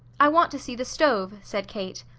i want to see the stove, said kate.